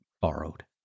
borrowed